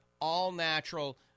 all-natural